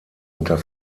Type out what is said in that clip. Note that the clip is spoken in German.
unter